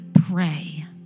pray